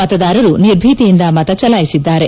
ಮತದಾರರು ನಿರ್ಭೀತಿಯಿಂದ ಮತ ಚಲಾಯಿಸಿದ್ದಾರೆ